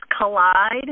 collide